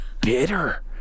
bitter